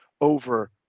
over